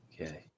Okay